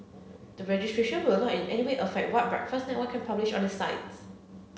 the registration will not in any way affect what Breakfast Network can publish on its site